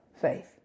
faith